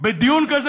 בדבר כזה,